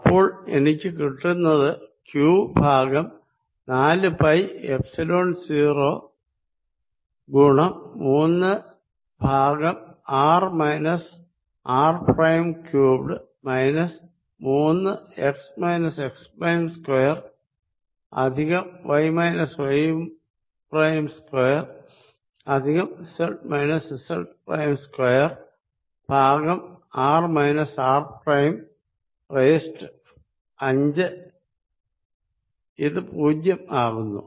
അപ്പോൾ എനിക്ക് കിട്ടുന്നത് ക്യൂ ഭാഗം നാലു പൈ എപ്സിലോൺ 0 ഗുണം മൂന്ന് ഭാഗം R minus R prime cubed minus മൂന്ന് x minus x prime square plus y minus y prime square plus z minus z prime square ഭാഗം R minus R prime raised അഞ്ച് ഇത് പൂജ്യം ആകുന്നു